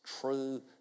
true